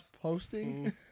posting